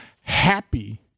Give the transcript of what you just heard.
happy